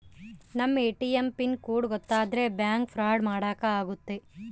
ನಮ್ ATM pin code ಗೊತ್ತಾದ್ರೆ bank fraud ಮಾಡಾಕ ಆಗುತ್ತೆ